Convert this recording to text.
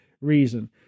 reason